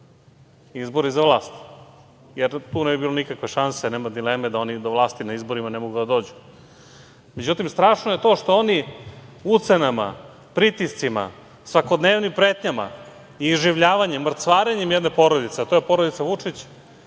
izbori za vlast, jer tu ne bi bilo nikakve šanse, nema dileme da oni do vlasti na izborima ne mogu da dođu.Međutim, strašno je to što oni ucenama, pritiscima, svakodnevnim pretnjama i iživljavanjem, mrcvarenjem jedne porodice, a to je porodica Vučić,